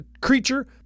Creature